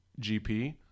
GP